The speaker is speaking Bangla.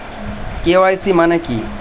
কে.ওয়াই.সি মানে কী?